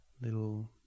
little